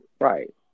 Right